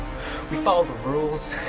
we follow the rules